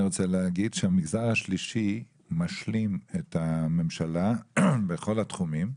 המגזר השלישי משלים את ההמשלה בכל התחומים,